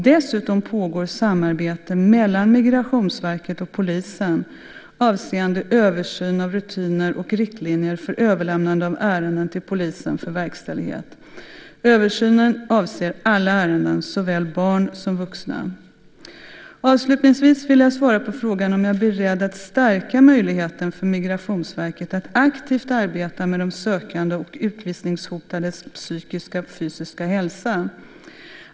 Dessutom pågår samarbete mellan Migrationsverket och polisen avseende översyn av rutiner och riktlinjer för överlämnande av ärenden till polisen för verkställighet. Översynen avser alla ärenden, såväl barn som vuxna. Avslutningsvis vill jag svara på frågan om jag är beredd att stärka möjligheten för Migrationsverket att aktivt arbeta med de sökandes och utvisningshotades psykiska och fysiska hälsa.